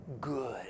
good